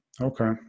Okay